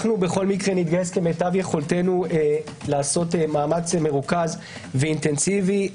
נתגייס כמיטב יכולתנו לעשות מאמץ מרוכז ואינטנסיבי.